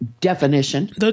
definition